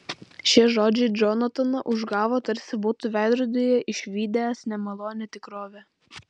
šie žodžiai džonataną užgavo tarsi būtų veidrodyje išvydęs nemalonią tikrovę